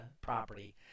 property